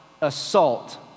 assault